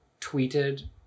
tweeted